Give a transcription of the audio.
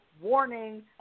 Warning